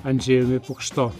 andžejumi pukšto